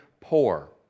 poor